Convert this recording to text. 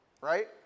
right